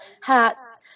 hats